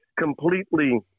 completely